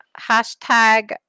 Hashtag